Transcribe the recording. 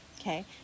okay